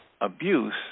abuse